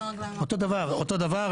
אותו דבר,